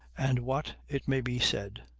and what, it may be said,